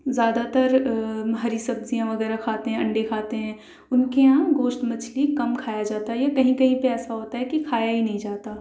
زیادہ تر ہری سبزیاں وغیرہ کھاتے ہیں انڈے کھاتے ہیں ان کے یہاں گوشت مچھلی کم کھایا جاتا ہے یا کہیں کہیں پہ ایسا ہوتا ہے کہ کھایا ہی نہیں جاتا